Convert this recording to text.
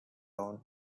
tone